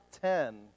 ten